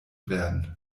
werden